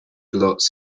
lots